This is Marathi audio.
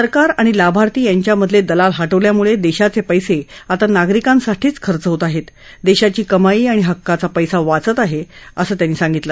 सरकार आणि लाभार्थी यांच्यामधले दलाल हटवल्यामुळे देशाचे पैसे आता नागरीकांसाठीच खर्च होत आहेत देशाची कमाई आणि हक्काचा पैसा वाचत आहे असं ते म्हणाले